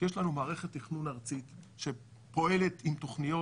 כי יש לנו מערכת תכנון ארצית שפועלת עם תוכניות